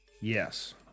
Yes